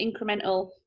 incremental